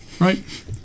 right